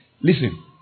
listen